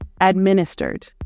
administered